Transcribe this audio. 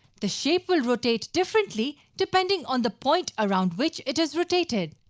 the shape will rotate differently depending on the point around which it is rotated.